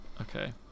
Okay